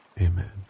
amen